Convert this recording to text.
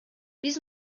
биз